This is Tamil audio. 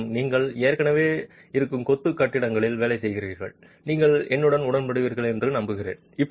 மேலும் நீங்கள் ஏற்கனவே இருக்கும் கொத்து கட்டிடங்களில் வேலை செய்கிறீர்கள் நீங்கள் என்னுடன் உடன்படுவீர்கள் என்று நம்புகிறேன்